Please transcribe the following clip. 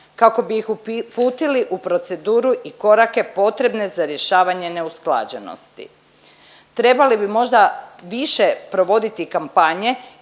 kako bi ih uputili u proceduru i korake potrebne za rješavanje neusklađenosti. Trebali bi možda više provoditi kampanje